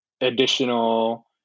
additional